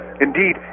Indeed